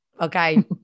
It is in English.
okay